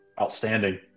outstanding